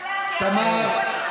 ולא יהיו אנשים שיעמדו מולן,